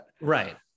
right